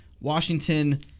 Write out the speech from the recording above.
Washington